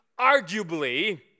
arguably